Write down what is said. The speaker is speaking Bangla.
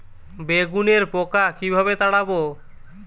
বেগুনের পোকা কিভাবে তাড়াব?